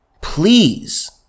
Please